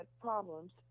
problems